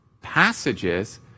passages